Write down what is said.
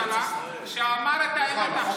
אל תשב, צריך לבטל את זה.